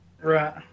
Right